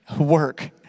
Work